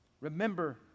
Remember